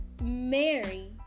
Mary